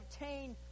obtain